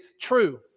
true